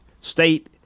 State